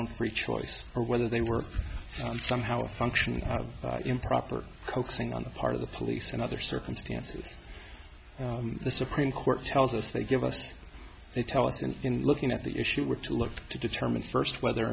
own free choice or whether they were somehow functionally improper coaxing on the part of the police in other circumstances the supreme court tells us they give us they tell us in in looking at the issue were to look to determine first whether or